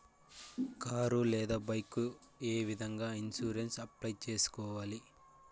car లేదా bike ఏ విధంగా ఇన్సూరెన్సు అప్లై సేసుకోవాలి